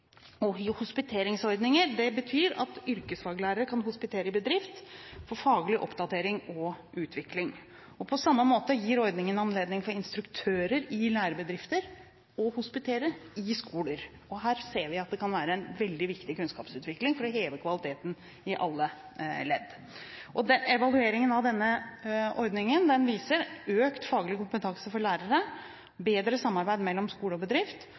Hospiteringsordninger betyr at yrkesfaglærere kan hospitere i bedrifter for faglig oppdatering og utvikling. På samme måte gir ordningen anledning for instruktører i lærebedrifter til å hospitere ved skoler, og her ser vi at det kan være en veldig viktig kunnskapsutvikling for å heve kvaliteten i alle ledd. Evalueringen av denne ordningen viser økt faglig kompetanse for lærere og bedre samarbeid mellom skole og bedrift,